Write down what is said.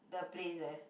the place eh